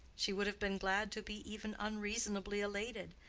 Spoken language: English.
she would have been glad to be even unreasonably elated,